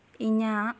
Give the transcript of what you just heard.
ᱤᱧᱟᱹᱜ